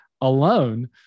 alone